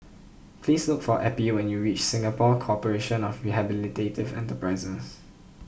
please look for Eppie when you reach Singapore Corporation of Rehabilitative Enterprises